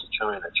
china